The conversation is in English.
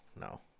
no